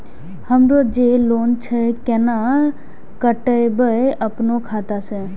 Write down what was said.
हमरो जे लोन छे केना कटेबे अपनो खाता से?